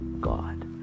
God